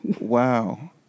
Wow